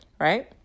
right